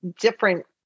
different